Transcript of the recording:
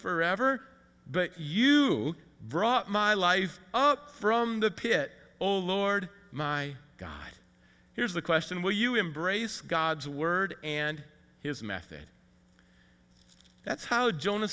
forever but you brought my life up from the pit oh lord my god here's the question will you embrace god's word and his method that's how jonah